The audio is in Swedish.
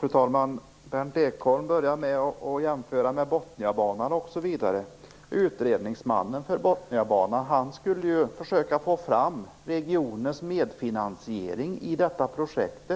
Fru talman! Berndt Ekholm börjar med att jämföra med Botniabanan. Utredningsmannen för Botniabanan skulle ju försöka få fram regionens medfinansiering i detta projekt.